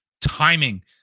Timing